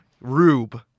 rube